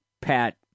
Pat